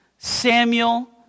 Samuel